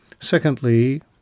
Secondly